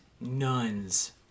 nuns